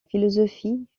philosophie